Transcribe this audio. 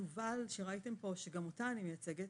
יובל שראיתם פה, שגם אותה אני מייצגת,